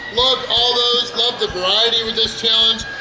loved all those, loved the variety with this challenge!